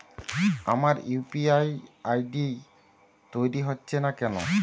আমার UPI ID তৈরি হচ্ছে না কেনো?